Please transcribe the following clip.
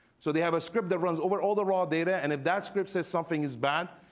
so they have a script that runs over all the raw data and if that script says something is bad,